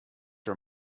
are